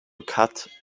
cut